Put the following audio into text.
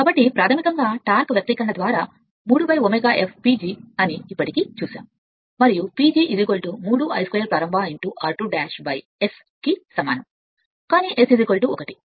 కాబట్టి ప్రాథమికంగా టార్క్ వ్యక్తీకరణ చూసింది 3 ω SPG ఇప్పటికే చూసింది మరియు PG 3 i 2 I 2 ప్రారంభ r2 S కి సమానం కానీ S 1